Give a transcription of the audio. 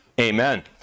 amen